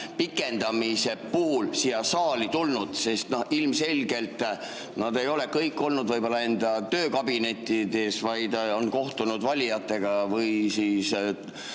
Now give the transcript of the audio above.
pikendamise puhul siia saali tulnud. Ilmselgelt nad ei ole kõik olnud võib-olla enda töökabinettides, vaid on kohtunud valijatega või